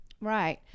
Right